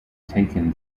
taken